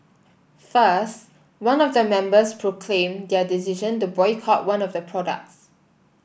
first one of the members proclaimed their decision to boycott one of the products